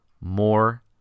more